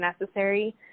necessary